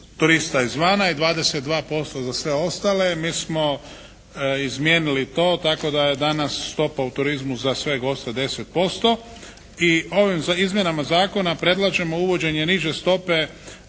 turista izvana i 22% za sve ostale. Mi smo izmijenili to tako da je danas stopa u turizmu za sve goste 10% i ovim izmjenama Zakona predlažemo uvođenje niže stope